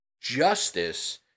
justice